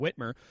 Whitmer